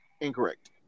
Incorrect